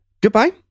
goodbye